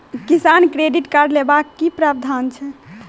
किसान credit card लेबाक की प्रावधान छै?